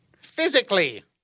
Physically